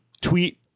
tweet